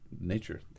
nature